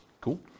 Cool